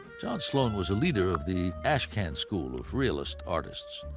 john sloan was a leader of the ashcan school of realist artists.